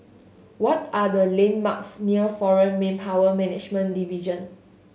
what are the landmarks near Foreign Manpower Management Division